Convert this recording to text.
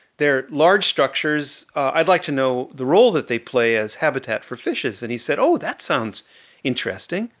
they're large structures, i'd like to know the role that they play as habitat for fishes. and he said, oh, that sounds interesting.